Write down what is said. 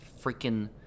freaking